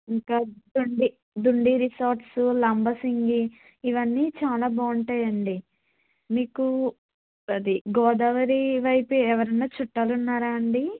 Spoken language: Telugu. ఇంకా బండి దుండి రిసాట్సు లంబసింగి ఇవన్నీ చాలా బాగుంటాయండి మీకు అది గోదావరీ వైపు ఎవరైనా చుట్టాలున్నారా అండి